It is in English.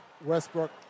Westbrook